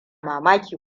mamaki